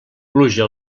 pluja